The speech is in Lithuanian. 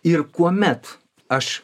ir kuomet aš